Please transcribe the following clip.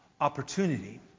Opportunity